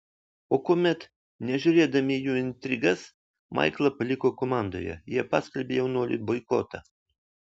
o kuomet nežiūrėdami į jų intrigas maiklą paliko komandoje jie paskelbė jaunuoliui boikotą